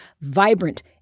vibrant